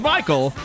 Michael